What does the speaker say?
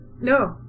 No